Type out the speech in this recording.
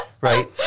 right